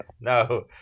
No